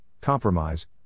compromise